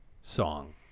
song